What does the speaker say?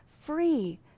free